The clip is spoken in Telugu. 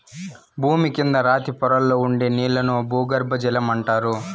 భూమి కింద రాతి పొరల్లో ఉండే నీళ్ళను భూగర్బజలం అంటారు